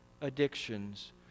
addictions